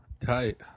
tight